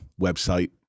website